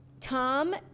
Tom